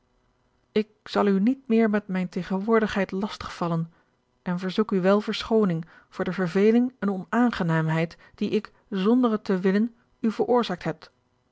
ik zal u niet meer met zijne tegenwoordigheid lastig vallen en verzoek u wel verschooning voor de verveling en onaangenaamheid die ik zonder het te willen u veroorzaakt heb